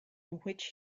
which